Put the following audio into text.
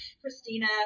Christina